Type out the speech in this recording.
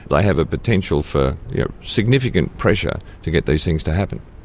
but have a potential for yeah significant pressure to get these things to happen.